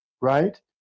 right